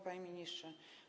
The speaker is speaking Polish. Panie Ministrze!